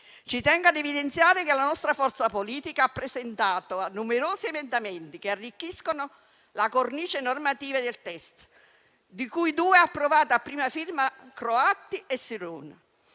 Ci tengo ad evidenziare che la nostra forza politica ha presentato numerosi emendamenti che arricchiscono la cornice normativa del testo, di cui due approvati, a prima firma dei senatori